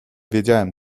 wiedziałem